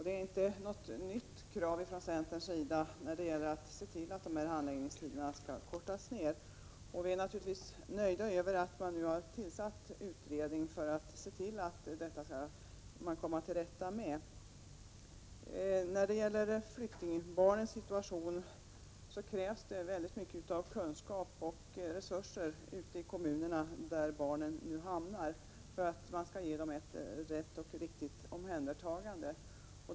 Det är inte något nytt krav från centerns sida att handläggningstiderna skall kortas ned. Vi är naturligtvis nöjda med att man nu har tillsatt en utredning för att komma till rätta med dem. När det gäller flyktingbarnens situation krävs det mycket av kunskap och resurser ute i kommunerna där barnen hamnar för att ge dem ett riktigt omhändertagande.